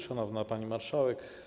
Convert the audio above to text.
Szanowna Pani Marszałek!